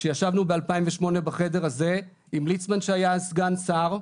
שישבנו ב-2008 בחדר הזה עם ליצמן שהיה אז סגן שר.